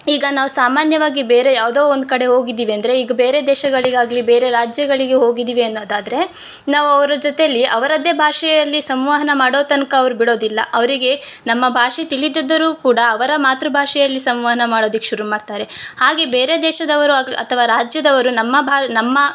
ಈಗ ನಾವು ಸಾಮಾನ್ಯವಾಗಿ ಬೇರೆ ಯಾವುದೋ ಒಂದು ಕಡೆ ಹೋಗಿದಿವಿ ಅಂದರೆ ಈಗ ಬೇರೆ ದೇಶಗಳಿಗಾಗಲಿ ಬೇರೆ ರಾಜ್ಯಗಳಿಗೆ ಹೋಗಿದಿವಿ ಅನ್ನೋದಾದ್ರೆ ನಾವು ಅವ್ರ ಜೊತೆಲಿ ಅವ್ರದ್ದೇ ಭಾಷೆಯಲ್ಲಿ ಸಂವಹನ ಮಾಡೋ ತನಕ ಅವ್ರು ಬಿಡೋದಿಲ್ಲ ಅವರಿಗೆ ನಮ್ಮ ಭಾಷೆ ತಿಳಿದಿದ್ದರು ಕೂಡ ಅವರ ಮಾತೃ ಭಾಷೆಯಲ್ಲಿ ಸಂವಹನ ಮಾಡೋದಕ್ಕೆ ಶುರು ಮಾಡ್ತಾರೆ ಹಾಗೆ ಬೇರೆ ದೇಶದವರು ಅಥವಾ ರಾಜ್ಯದವರು ನಮ್ಮ ಬಾ ನಮ್ಮ